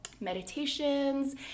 meditations